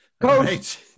Coach